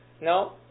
No